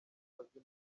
azwi